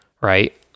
right